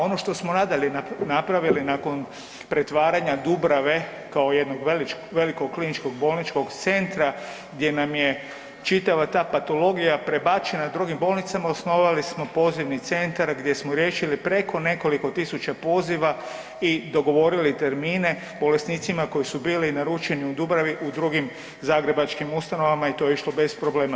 Ono što smo nadalje napravili nakon pretvaranja Dubrave kao jednog velikog kliničkog bolničkog centra gdje nam je čitava ta patologija prebačena drugim bolnicama, osnovali smo pozivni centar gdje smo riješili preko nekoliko tisuća poziva i dogovorili termine bolesnicima koji su bili naručeni u Dubravi u drugim zagrebačkim ustanovama i to je išlo bez problema.